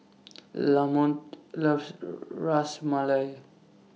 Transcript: Lamont loves Ras Malai